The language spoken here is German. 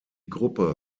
gruppe